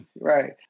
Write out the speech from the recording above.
Right